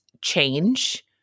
change